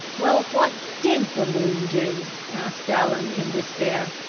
well, what did the moon do? asked allan, in despair.